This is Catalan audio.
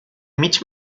mig